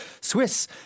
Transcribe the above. Swiss